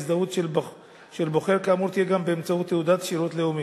ההזדהות של בוחר כאמור תהיה גם באמצעות תעודת שירות לאומי.